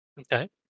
Okay